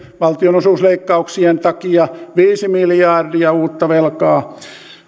valtionosuusleikkauksien takia viisi miljardia uutta velkaa